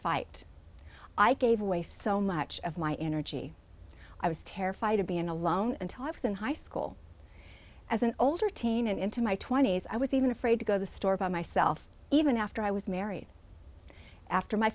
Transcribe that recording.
fight i gave away so much of my energy i was terrified of being alone until i was in high school as an older teen and into my twenty's i was even afraid to go the store by myself even after i was married after my